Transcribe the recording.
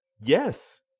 Yes